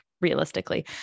realistically